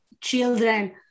children